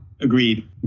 Agreed